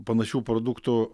panašių produktų